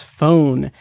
phone